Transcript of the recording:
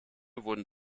wurden